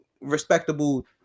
respectable